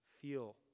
Feel